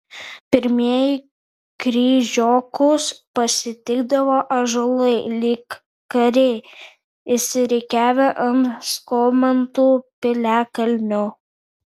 pirmieji kryžiokus pasitikdavo ąžuolai lyg kariai išsirikiavę ant skomantų piliakalnio